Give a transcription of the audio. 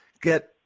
get